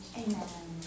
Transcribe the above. amen